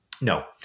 No